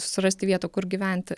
susirasti vietą kur gyventi